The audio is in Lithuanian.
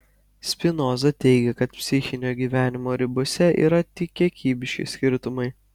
spinoza teigia kad psichinio gyvenimo ribose yra tik kiekybiški skirtumai